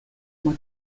uma